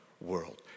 world